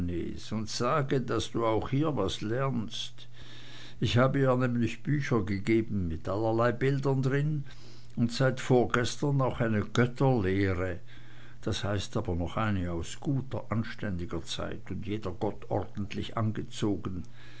und sage daß du hier auch was lernst ich hab ihr nämlich bücher gegeben mit allerlei bildern drin und seit vorgestern auch eine götterlehre das heißt aber noch eine aus guter anständiger zeit und jeder gott ordentlich angezogen